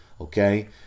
Okay